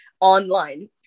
online